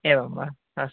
एवं वा अस्तु